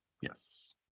Yes